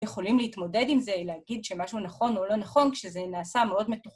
‫יכולים להתמודד עם זה, להגיד ‫שמשהו נכון או לא נכון ‫כשזה נעשה מאוד מתו...